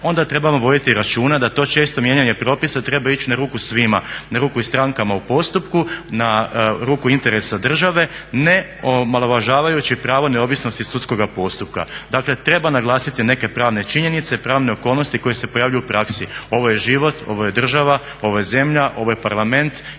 onda trebamo voditi računa da to često mijenjanje propisa treba ići na ruku svima, na ruku i strankama u postupku, na ruku interesa države neomalažavajući pravo neovisnosti sudskoga postupka. Dakle treba naglasiti neke pravne činjenice i pravne okolnosti koje se pojavljuju u praksi. Ovo je život, ovo je država, ovo je zemlja, ovo je Parlament